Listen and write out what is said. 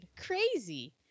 Crazy